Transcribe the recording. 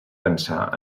pensar